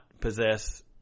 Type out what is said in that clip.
possess